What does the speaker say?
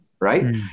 right